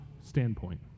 standpoint